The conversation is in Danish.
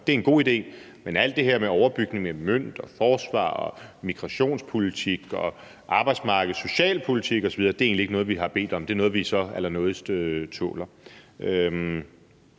er en god idé, men at alt det her med en overbygning med en mønt og forsvar og migrationspolitik og arbejdsmarkeds- og socialpolitik osv. egentlig ikke er noget, som vi har bedt om, men at det er noget, som vi så allernådigst tåler.